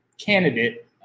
candidate